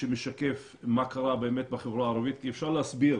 שמשקף מה קרה בחברה הערבית, כי אפשר להסביר